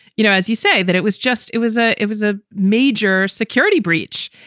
you know, as you say, that it was just it was a it was a major security breach.